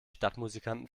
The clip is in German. stadtmusikanten